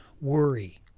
worry